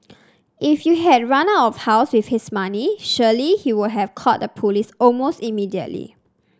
if you had run out of house with his money surely he would have called the police almost immediately